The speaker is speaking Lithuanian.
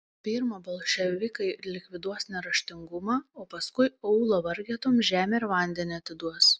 pirma bolševikai likviduos neraštingumą o paskui aūlo vargetoms žemę ir vandenį atiduos